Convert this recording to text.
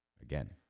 again